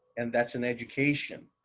and that's an education.